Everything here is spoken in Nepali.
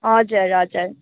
हजुर हजुर